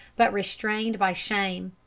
but restrained by shame.